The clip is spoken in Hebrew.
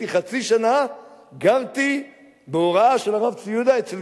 חצי שנה גרתי בהוראה של הרב צבי יהודה אצל